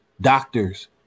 Doctors